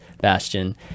Bastion